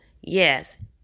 yes